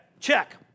Check